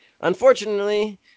unfortunately